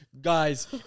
Guys